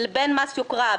בין מס יוקרה,